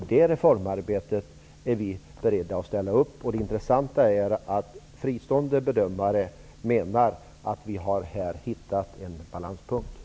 På detta reformarbete är vi beredda att ställa upp. Det intressanta är att fristående bedömare menar att vi här har hittat en balanspunkt.